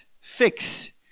fix